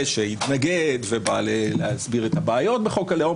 שהתנגד ובא להסביר את הבעיות בחוק הלאום